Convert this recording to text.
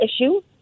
issue